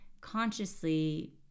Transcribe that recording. consciously